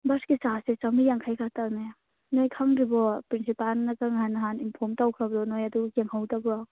ꯕꯁꯀꯤ ꯆꯥꯔꯖꯁꯦ ꯆꯝꯃ꯭ꯔꯤ ꯌꯥꯡꯈꯩ ꯈꯛꯇꯅꯦ ꯅꯣꯏ ꯈꯪꯗ꯭ꯔꯤꯕꯣ ꯄ꯭ꯔꯤꯟꯁꯤꯄꯥꯜꯅ ꯆꯪꯉ ꯅꯍꯥꯟ ꯏꯟꯐꯣꯝ ꯇꯧꯈ꯭ꯔꯕꯗꯣ ꯅꯣꯏ ꯑꯗꯨ ꯌꯦꯡꯍꯧꯗꯕ꯭ꯔꯣ